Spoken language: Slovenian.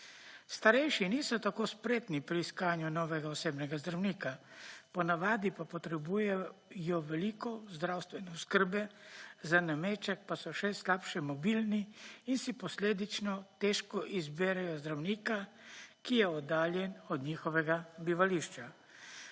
Starejši niso tako spretni pri iskanju novega osebnega zdravnika. Po navadi pa potrebujejo veliko zdravstvene oskrbe, za nameček pa so še slabše mobilni in si posledično težko izberejo zdravnika, ki je oddaljen od njihovega bivališča.